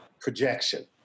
projection